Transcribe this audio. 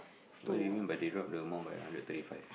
what do mean by the drop the amount by hundred thirty five